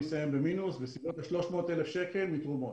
אסיים במינוס בסביבות ה-300 אלף שקל מתרומות.